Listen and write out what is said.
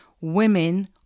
women